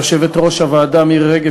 ליושבת-ראש הוועדה מירי רגב,